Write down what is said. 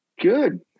good